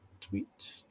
tweet